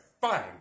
Fine